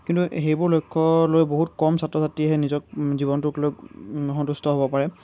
কিন্তু সেইবোৰ লক্ষ্য লৈ বহুত কম ছাত্ৰ ছাত্ৰীয়েহে নিজৰ জীৱনটোক লৈ সন্তুষ্ট হ'ব পাৰে